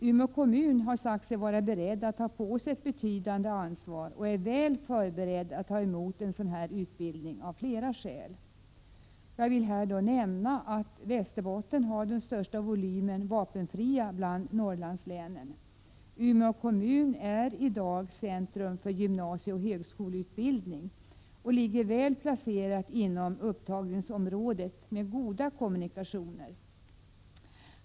Umeå kommun har sagt sig vara beredd att ta på sig ett betydande ansvar och är av flera skäl väl förberedd att ta emot en sådan här utbildning. Västerbotten har det största antalet vapenfria bland Norrlandslänen. Umeå kommun är redan i dag centrum för gymnasieoch högskoleutbildning och ligger väl placerad inom upptagningsområdet med goda kommunikationer.